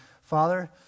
Father